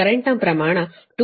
36 ampere ಆಗಿದೆ